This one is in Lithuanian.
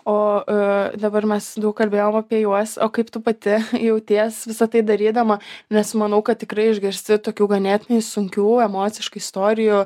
o a dabar mes daug kalbėjom apie juos o kaip tu pati jauties visa tai darydama nes manau kad tikrai išgirsti tokių ganėtinai sunkių emociškai istorijų